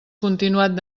continuat